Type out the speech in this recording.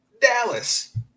Dallas